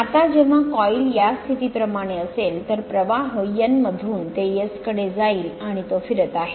आता जेव्हा कॉईल या स्थितीप्रमाणे असेल तर प्रवाह N मधून ते S कडे जाईल आणि तो फिरत आहे